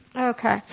Okay